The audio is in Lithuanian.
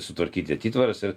sutvarkyti atitvaras ir